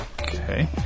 Okay